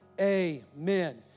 Amen